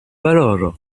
valoro